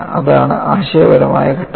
അതാണ് ആശയപരമായ ഘട്ടം